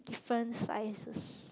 different sizes